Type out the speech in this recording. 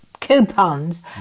coupons